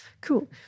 cool